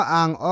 ang